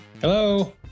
Hello